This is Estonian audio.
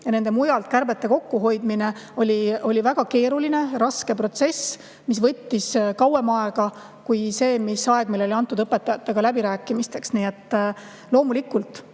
Ja nende mujal kärbete tegemine oli väga keeruline ja raske protsess, mis võttis kauem aega, kui meile oli antud õpetajatega läbirääkimisteks. Nii et loomulikult,